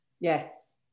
Yes